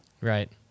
right